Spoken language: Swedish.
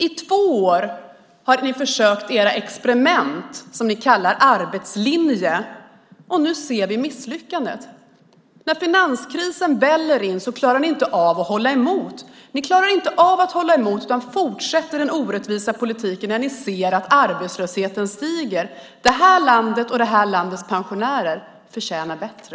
I två år har ni försökt med era experiment, som ni kallar arbetslinjen. Nu ser vi misslyckandet. När finanskrisen väller in klarar ni inte av att hålla emot, utan fortsätter den orättvisa politiken när ni ser att arbetslösheten stiger. Det här landet och dess pensionärer förtjänar bättre.